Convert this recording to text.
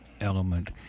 element